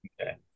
okay